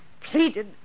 pleaded